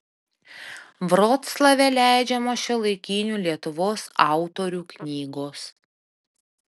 vroclave leidžiamos šiuolaikinių lietuvos autorių knygos